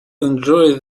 enjoy